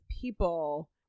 people